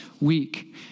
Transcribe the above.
week